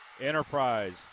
Enterprise